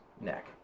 neck